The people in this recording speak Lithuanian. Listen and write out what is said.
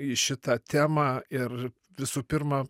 į šitą temą ir visų pirma